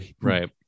right